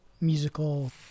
musical